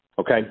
okay